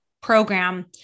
program